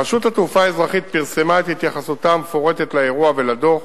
רשות התעופה האזרחית פרסמה את התייחסותה המפורטת לאירוע ולדוח